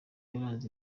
yaranze